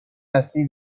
اصلی